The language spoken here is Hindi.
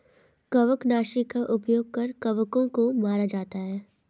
कवकनाशी का उपयोग कर कवकों को मारा जाता है